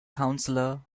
counselor